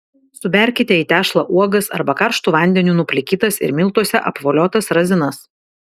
suberkite į tešlą uogas arba karštu vandeniu nuplikytas ir miltuose apvoliotas razinas